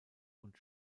und